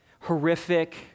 horrific